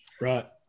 right